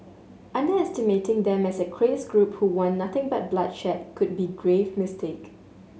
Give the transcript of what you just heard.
underestimating them as a crazed group who want nothing but bloodshed could be grave mistake